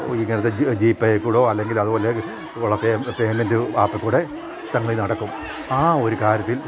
ഇങ്ങനത്തെ ജിപേയിൽ കൂടെയോ അല്ലെങ്കിൽ അതുപോലെയുള്ള പേയ്മെൻറ് ആപ്പിൽ കൂടെ നടക്കും ആ ഒരു കാര്യത്തിൽ